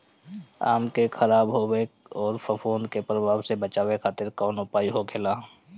आम के खराब होखे अउर फफूद के प्रभाव से बचावे खातिर कउन उपाय होखेला?